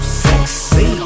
sexy